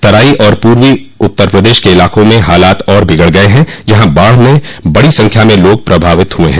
तराई और पूर्वी उत्तर प्रदेश के इलाकों में हालात और बिगड़ गये है जहां बाढ़ से बड़ी संख्या में लोग प्रभावित है